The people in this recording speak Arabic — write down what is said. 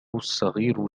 الصغير